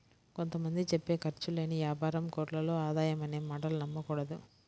కొంత మంది చెప్పే ఖర్చు లేని యాపారం కోట్లలో ఆదాయం అనే మాటలు నమ్మకూడదు